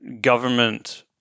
government